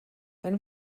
wenn